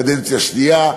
קדנציה שנייה,